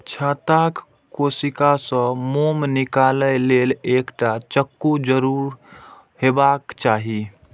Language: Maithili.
छत्ताक कोशिका सं मोम निकालै लेल एकटा चक्कू जरूर हेबाक चाही